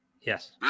Yes